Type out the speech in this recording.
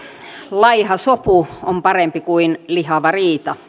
laiha sopu on parempi kuin lihava riita